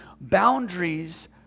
boundaries